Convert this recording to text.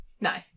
No